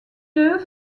deux